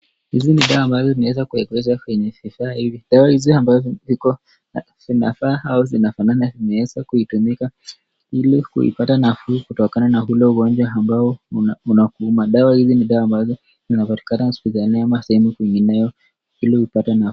Hizi ni dawa ambazo tunaweza kuziweka kwenye vifaa hizi. Dawa hizi ambazo ziko na zinafaa au zinafanana zinaweza kutumika ili kupata nafuu kutokana na ule ugonjwa ambao unakuuma. Dawa hizi ni dawa ambazo zinapatikana hospitalini ama sehemu nyinginezo ili upate nafuu.